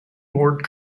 ward